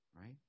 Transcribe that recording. right